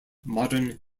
modern